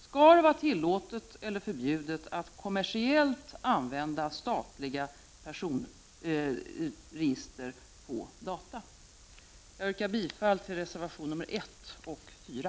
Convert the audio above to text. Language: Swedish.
Skall det vara tillåtet eller förbjudet att kommersiellt använda statliga personregister på data? Jag yrkar bifall till reservationerna 1 och 4.